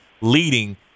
leading –